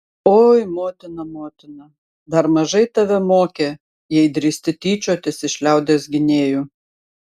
oi motina motina dar mažai tave mokė jei drįsti tyčiotis iš liaudies gynėjų